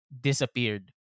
disappeared